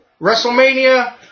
WrestleMania